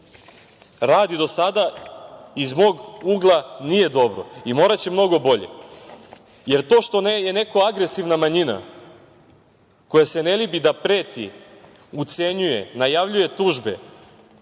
radi do sada, iz mog ugla, nije dobro i moraće mnogo bolje. Jer to što je neko agresivna manjina, koja se ne libi da preti, ucenjuje, najavljuje tužbe,